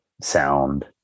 sound